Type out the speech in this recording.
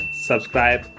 subscribe